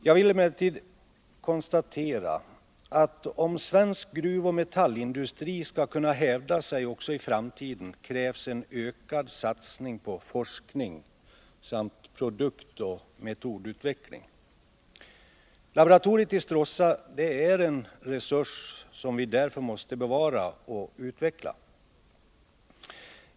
Jag vill emellertid konstatera att om svensk gruvoch metallindustri skall kunna hävda sig också i framtiden krävs en ökad satsning på forskning samt produktoch metodutveckling. Laboratoriet i Stråssa är en resurs som vi därför måste bevara och utveckla.